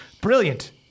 brilliant